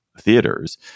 theaters